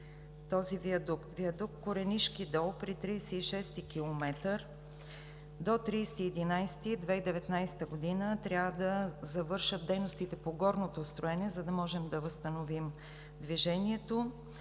За виадукт „Коренишки дол“ при 36 и км до 30 ноември 2019 г. трябва да завършат дейностите по горното строене, за да можем да възстановим движението.